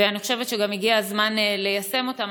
אני חושבת שגם הגיע הזמן ליישם אותם,